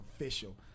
official